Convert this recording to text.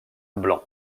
blanc